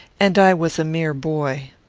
and i was a mere boy.